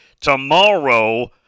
Tomorrow